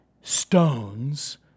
stones